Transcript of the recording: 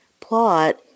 plot